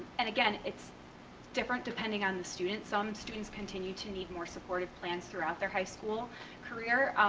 and again, it's different depending on the student, some students continue to need more supportive plans throughout their high school career.